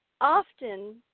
often –